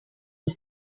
and